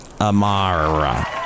Amara